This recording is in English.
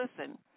Listen